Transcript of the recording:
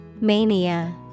Mania